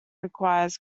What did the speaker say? requires